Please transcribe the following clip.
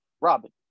robin